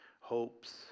hopes